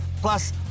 Plus